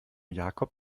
jakob